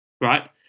right